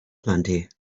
plenty